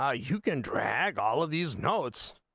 ah you can drag all these notes